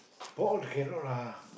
bored cannot lah